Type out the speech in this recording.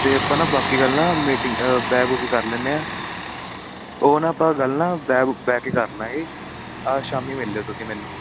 ਅਤੇ ਆਪਾਂ ਨਾ ਬਾਕੀ ਗੱਲ ਨਾ ਮੀਟਿੰਗ ਬਹਿ ਬੂ ਕੇ ਕਰ ਲੈਂਦੇ ਹਾਂ ਉਹ ਨਾ ਆਪਾਂ ਗੱਲ ਨਾ ਬਹਿ ਕੇ ਕਰ ਲਾਂਗੇ ਅੱਜ ਸ਼ਾਮੀ ਮਿਲ ਲਿਓ ਤੁਸੀਂ ਮੈਨੂੰ